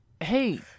Hey